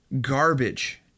garbage